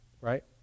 right